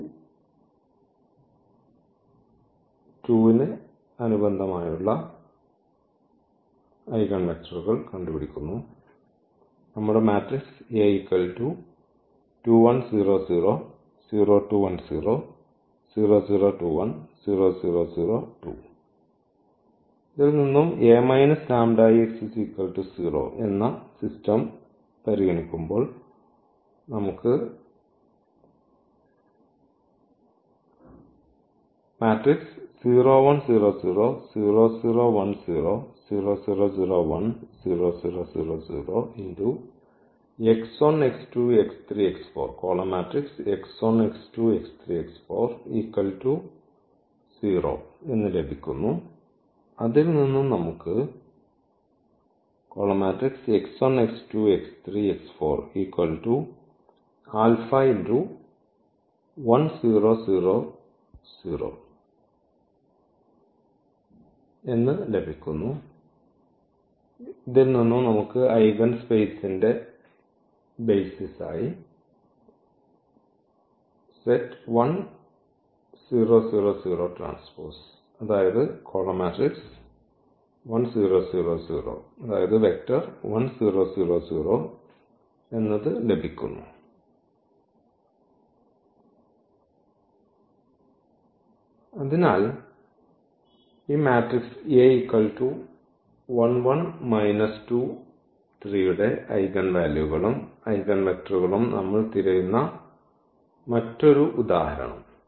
ഐഗൺവെക്ടറുകൾ λ 2 eigen സ്പേസ്ന്റെ basis Thus a basis of eigenspace അതിനാൽ ഈ മാട്രിക്സ് ന്റെ ഐഗൻ വാല്യൂകളും ഐഗൺവെക്റ്ററുകളും നമ്മൾ തിരയുന്ന മറ്റൊരു ഉദാഹരണം